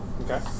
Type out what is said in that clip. Okay